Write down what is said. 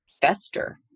fester